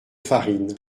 farine